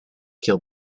kill